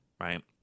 right